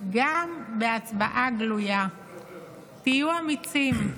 גם בהצבעה גלויה תהיו אמיצים,